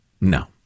No